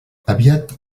aviat